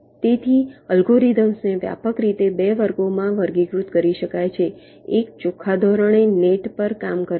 તેથી અલ્ગોરિધમ્સને વ્યાપક રીતે 2 વર્ગોમાં વર્ગીકૃત કરી શકાય છે 1 ચોખ્ખા ધોરણે નેટ પર કામ કરે છે